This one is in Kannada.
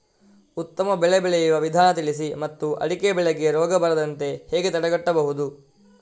ಉತ್ತಮ ಬೆಳೆ ಬೆಳೆಯುವ ವಿಧಾನ ತಿಳಿಸಿ ಮತ್ತು ಅಡಿಕೆ ಬೆಳೆಗೆ ರೋಗ ಬರದಂತೆ ಹೇಗೆ ತಡೆಗಟ್ಟಬಹುದು?